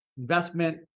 investment